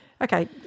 Okay